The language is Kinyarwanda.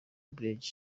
brig